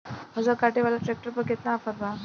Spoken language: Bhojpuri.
फसल काटे वाला ट्रैक्टर पर केतना ऑफर बा?